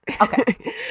Okay